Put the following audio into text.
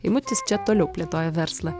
eimutis čia toliau plėtoja verslą